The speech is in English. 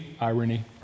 Irony